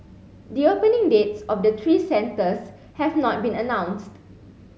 the opening dates of the three centres have not been announced